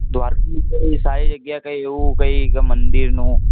દ્વારકા સારી જગ્યા કંઈ એવું કંઈ કે મંદિરનું